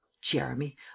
Jeremy